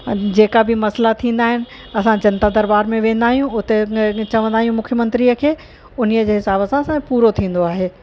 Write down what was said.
जेका बि मसला थींदा आहिनि असां जनता दरबार में वेंदा आहियूं उते चवंदा आहियूं मुख्यमंत्रीअ खे उन्हीअ जे हिसाब सां असांजो पूरो थींदो आहे